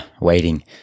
waiting